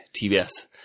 TBS